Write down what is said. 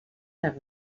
les